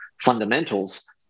fundamentals